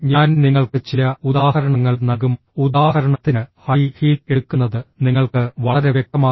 ഞാൻ നിങ്ങൾക്ക് ചില ഉദാഹരണങ്ങൾ നൽകും ഉദാഹരണത്തിന് ഹൈ ഹീൽ എടുക്കുന്നത് നിങ്ങൾക്ക് വളരെ വ്യക്തമാകും